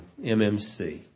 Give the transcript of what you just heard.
MMC